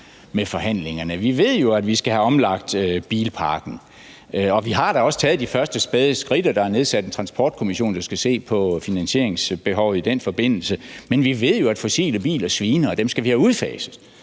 med forhandlingerne? Vi ved jo, at vi skal have omlagt bilparken, og vi har da også taget de første spæde skridt, og der er nedsat en transportkommission, som skal se på finansieringsbehovet i den forbindelse. Men vi ved jo, at fossile biler sviner, og dem skal vi have udfaset,